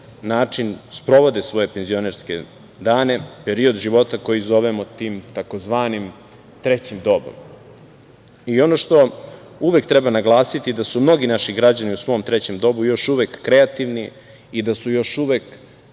način sprovode svoje penzionerske dane, period života koji zovemo tim tzv. trećim dobom. Ono što uvek treba naglasiti da su mnogi naši građani u svom trećem dobu još uvek kreativni i da su još uvek